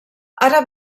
ara